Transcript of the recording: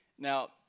Now